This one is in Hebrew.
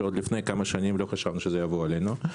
שעד לפני כמה שנים לא חשבנו שיבוא עלינו.